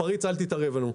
אל תתערב לנו.